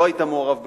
לא היית מעורב בקטטה?